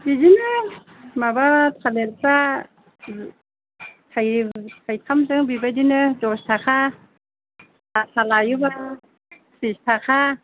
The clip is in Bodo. बिदिनो माबा थालेरफ्रा फिथाइ थाइथामजों बेबायदिनो दस थाखा आखा लायोबा बिसथाखा